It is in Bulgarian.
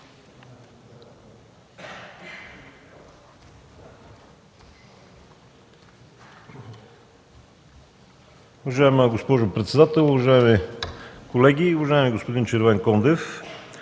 Уважаема госпожо председател, уважаеми колеги! Уважаеми господин Методиев,